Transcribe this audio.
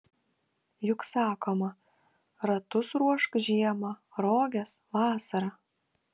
juk sakoma ratus ruošk žiemą roges vasarą